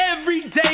everyday